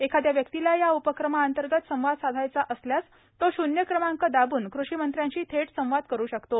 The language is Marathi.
एखाद्या व्यक्तीला या उपक्रमांतर्गत संवाद साधायचा असल्यास तो शून्य क्रमांक दाबून कृषीमंत्र्यांशी थेट संवाद करु शकतो